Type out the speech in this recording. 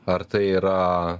ar tai yra